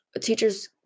teachers